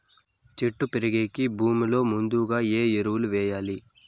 చెట్టు పెరిగేకి భూమిలో ముందుగా ఏమి ఎరువులు వేయాలి?